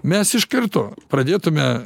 mes iš karto pradėtume